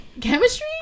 chemistry